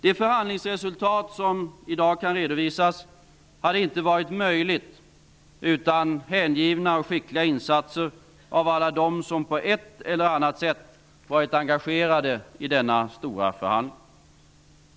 Det förhandlingsresultat som i dag kan redovisas hade inte varit möjligt utan hängivna och skickliga insatser av alla dem som på ett eller annat sätt varit engagerade i denna stora förhandling.